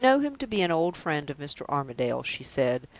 i know him to be an old friend of mr. armadale's, she said.